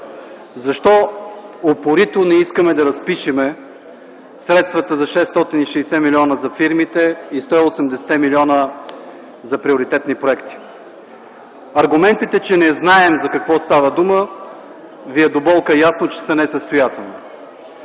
защо упорито не искаме да разпишем средствата за 660 млн. за фирмите и 180 млн. за приоритетни проекти? Аргументите, че не знаем за какво става дума ви е до болка ясно, че са несъстоятелни,